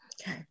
Okay